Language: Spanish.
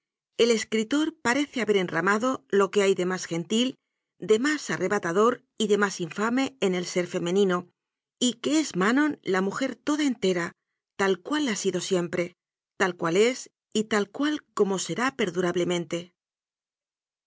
el escritor parece haber enramado lo que hay de más gentil de más arrebatador y de más infame en el ser femenino y que es manon la mujer toda entera tal cual ha sido siempre tal cual es y tal como será perdurablemente